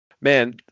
Man